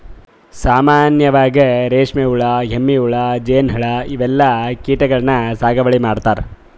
ಸಾಮಾನ್ಯವಾಗ್ ರೇಶ್ಮಿ ಹುಳಾ, ಎಮ್ಮಿ ಹುಳಾ, ಜೇನ್ಹುಳಾ ಇವೆಲ್ಲಾ ಕೀಟಗಳನ್ನ್ ಸಾಗುವಳಿ ಮಾಡ್ತಾರಾ